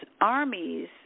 armies